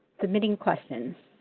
submitting questions,